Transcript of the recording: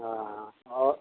हँ आओर